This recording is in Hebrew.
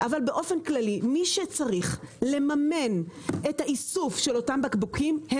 אבל באופן כללי מי שצריך לממן את האיסוף של אותם בקבוקים,